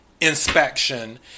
inspection